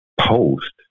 post